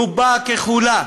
רובה ככולה